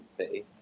City